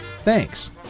thanks